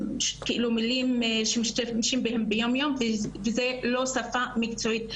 מילים שמשתמשים בהם ביום יום וזאת לא שפה מקצועית.